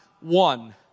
one